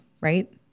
right